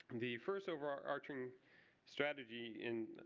the first overarching strategy and